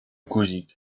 guzik